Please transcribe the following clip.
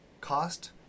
cost